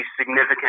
significant